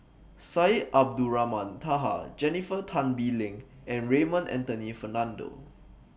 Syed Abdulrahman Taha Jennifer Tan Bee Leng and Raymond Anthony Fernando